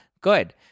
good